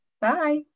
Bye